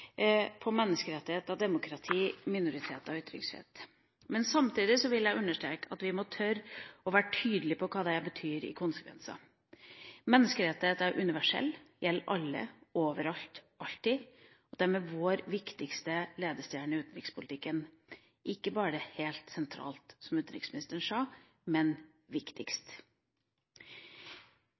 menneskerettigheter, demokrati, minoriteter og ytringsfrihet. Men samtidig vil jeg understreke at vi må tørre å være tydelige på hva det innebærer av konsekvenser. Menneskerettigheter er universelle og gjelder alle, overalt, alltid. Det må være vår viktigste ledestjerne i utenrikspolitikken. De må ikke bare stå «helt sentralt», som utenriksministeren sa, men være viktigst.